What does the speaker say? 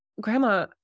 grandma